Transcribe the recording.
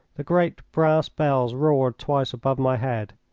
the great brass bells roared twice above my head.